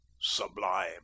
sublime